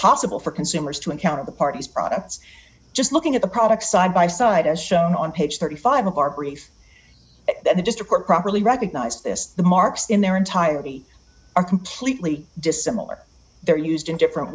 possible for consumers to encounter the party's products just looking at the products side by side as shown on page thirty five of our brief they just report properly recognised this the marks in their entirety are completely dissimilar they're used in different